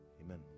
Amen